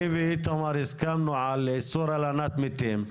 אני ואיתמר הסכמנו על איסור הלנת מתים,